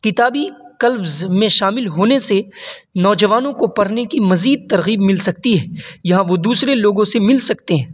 کتابی کلبز میں شامل ہونے سے نوجوانوں کو پڑھنے کی مزید ترغیب مل سکتی ہے یہاں وہ دوسرے لوگوں سے مل سکتے ہیں